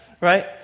right